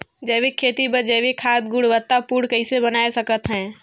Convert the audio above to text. जैविक खेती बर जैविक खाद गुणवत्ता पूर्ण कइसे बनाय सकत हैं?